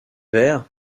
verts